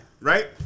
right